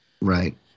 right